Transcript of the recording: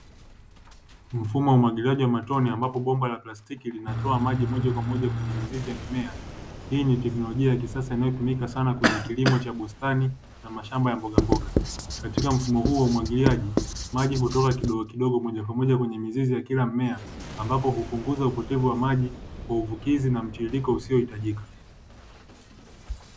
Mfumo wa umwagiliaji wa matone ambapo bomba la plastiki linatoa maji moja kwa moja kwenye mizizi ya mimea, hii ni teknolojia ya kisasa inayotumika sana kwenye kilimo cha bustani na mashamba ya mbogamboga, katika mfumo huo wa umwagiliaji maji hutoka kidogokidogo moja kwa moja kwenye mizizi ya kila mmea ambapo hupunguza upotevu wa maji kwa uvukizi na mtiririko usiohitajika.